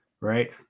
right